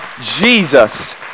Jesus